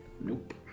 Nope